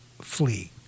flee